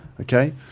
Okay